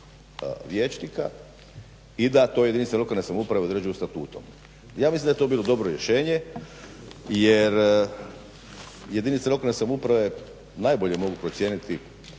vijećnika, i da to jedinice lokalne samouprave odlučuju statutom. Ja mislim da je to bilo dobro rješenje jer jedinice lokalne samouprave najbolje mogu procijeniti